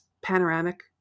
panoramic